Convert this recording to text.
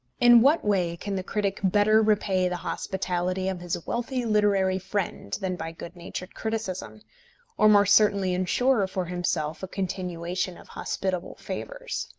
in what way can the critic better repay the hospitality of his wealthy literary friend than by good-natured criticism or more certainly ensure for himself a continuation of hospitable favours?